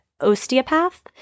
osteopath